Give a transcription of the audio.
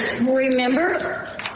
remember